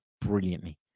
brilliantly